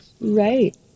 right